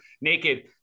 naked